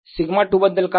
σ2 बद्दल काय